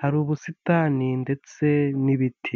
hari ubusitani ndetse n'ibiti.